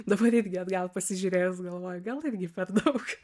dabar irgi atgal pasižiūrėjus galvoju gal irgi per daug